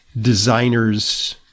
designers